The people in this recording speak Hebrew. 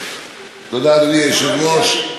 אדוני היושב-ראש,